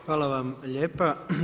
Hvala vam lijepa.